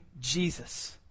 Jesus